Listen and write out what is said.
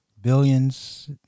billions